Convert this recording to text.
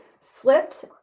slipped